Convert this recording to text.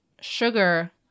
sugar